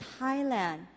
Thailand